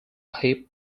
hip